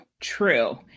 true